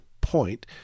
point